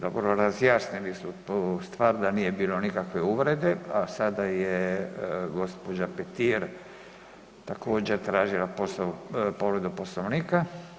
Dobro, razjasnili smo tu stvar, da nije bilo nikakve uvrede, a sada je gđa. Petir također, tražila povredu Poslovnika.